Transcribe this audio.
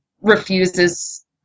refuses